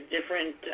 different